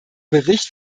bericht